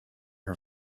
her